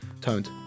toned